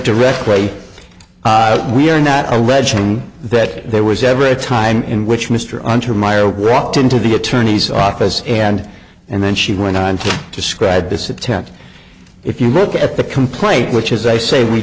direct way we're not alleging that there was ever a time in which mr untermeyer walked into the attorney's office and and then she went on to describe this attempt if you look at the complaint which as i say we